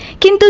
get